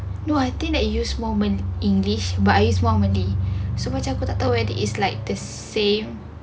no I think that use moment english but I use one malay so aku tak tahu like is like the same